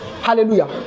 Hallelujah